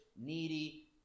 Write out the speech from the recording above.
needy